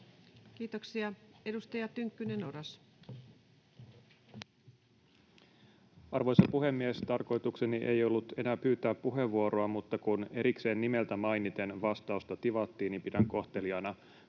Time: 14:18 Content: Arvoisa puhemies! Tarkoitukseni ei ollut enää pyytää puheenvuoroa, mutta kun erikseen nimeltä mainiten vastausta tivattiin, niin pidän kohteliaana